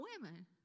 women